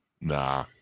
Nah